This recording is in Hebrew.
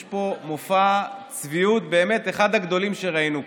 יש פה מופע צביעות באמת אחד הגדולים שראינו פה.